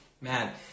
man